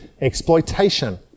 exploitation